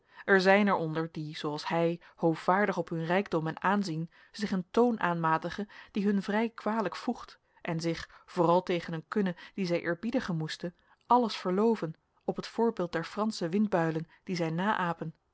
er zijn er onder die zooals hij hoovaardig op hun rijkdom en aanzien zich een toon aanmatigen die hun vrij kwalijk voegt en zich vooral tegen een kunne die zij eerbiedigen moesten alles veroorloven op het voorbeeld der fransche windbuilen die zij